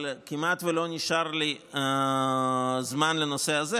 אבל כמעט שלא נשאר לי זמן לנושא זה.